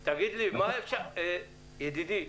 ידידי,